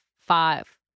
five